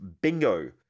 bingo